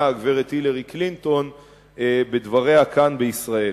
הגברת הילרי קלינטון בדבריה כאן בישראל.